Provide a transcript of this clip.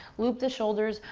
root the shoulders,